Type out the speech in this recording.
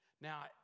Now